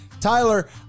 Tyler